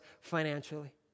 financially